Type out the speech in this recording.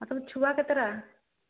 ଆଉ ତୁମ ଛୁଆ କେତେଟା